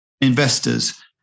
investors